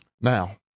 Now